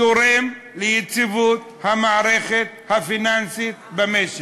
תורם ליציבות המערכת הפיננסית במשק.